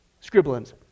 scribblings